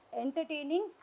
entertaining